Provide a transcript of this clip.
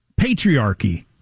patriarchy